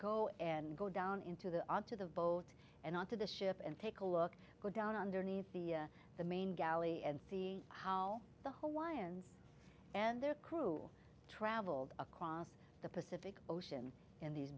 go and go down into the on to the boat and onto the ship and take a look go down underneath the the main galley and see how the whole lions and their crew traveled across the pacific ocean in these